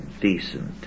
Decent